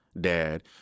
dad